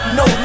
no